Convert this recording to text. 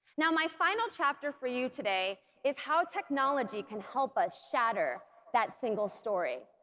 now my final chapter for you today is how technology can help us shatter that single story.